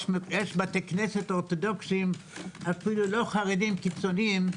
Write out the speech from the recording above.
יש בתי כנסת אורתודוקסיים אפילו לא חרדים קיצוניים.